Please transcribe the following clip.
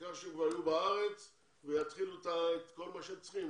העיקר שיהיו בארץ ויתחילו את כל מה שהם צריכים.